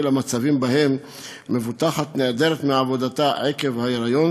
למצבים שבהם מבוטחת נעדרת מעבודתה עקב היריון